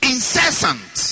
Incessant